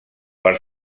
per